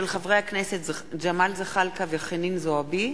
מאת חברי הכנסת ג'מאל זחאלקה וחנין זועבי,